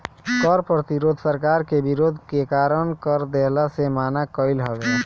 कर प्रतिरोध सरकार के विरोध के कारण कर देहला से मना कईल हवे